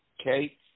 okay